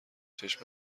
چشم